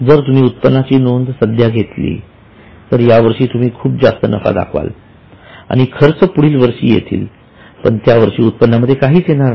जर तुम्ही उत्पन्नाची नोंद सध्या घेतली तर यावर्षी तुम्ही खूप जास्त नफा दाखवाल आणि खर्च पुढील वर्षी येतील पण त्यावर्षी उत्पन्नामध्ये काहीच येणार नाही